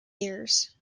years